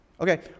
Okay